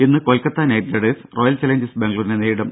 ഇന്ന് Kolkata Knight Riders Royal Challengers ബാംഗ്ലൂരിനെ നേരിടും